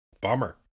Bummer